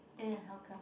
!uh! how come